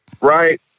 right